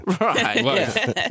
Right